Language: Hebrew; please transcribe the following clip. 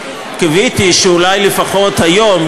קיוויתי שאולי לפחות היום,